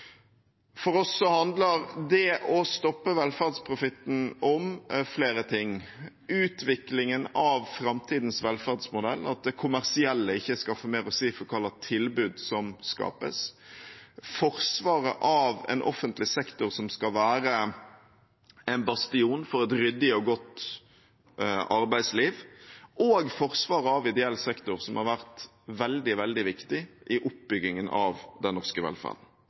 For oss handler det å stoppe velferdsprofitten om flere ting: utviklingen av framtidens velferdsmodell, at det kommersielle ikke skal få mer å si for hva slags tilbud som skapes, forsvaret av en offentlig sektor som skal være en bastion for et ryddig og godt arbeidsliv, og forsvaret av ideell sektor, som har vært veldig viktig i oppbyggingen av den norske velferden.